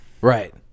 Right